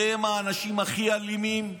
אתם האנשים הכי אלימים,